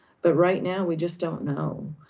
but right now, we just don't know.